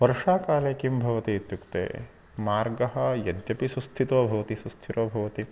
वर्षाकाले किं भवति इत्युक्ते मार्गः यद्यपि सुस्थितो भवति सुस्थिरो भवति